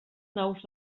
naus